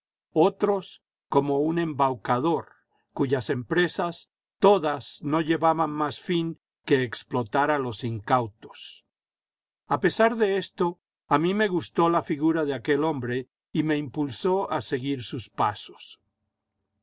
otros como un embaucador cuyas empresas todas no llevaban más fin que explotar a los incautos a pesar de esto a mí me gustó la figura de aquel hombre y me impulsó a seguir sus pasos